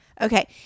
okay